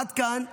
עד כאן הכתבה.